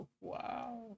wow